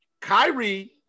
Kyrie